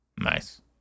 nice